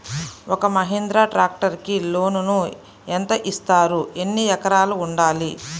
ఒక్క మహీంద్రా ట్రాక్టర్కి లోనును యెంత ఇస్తారు? ఎన్ని ఎకరాలు ఉండాలి?